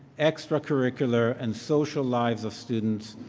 extracurricular, and social lives of students,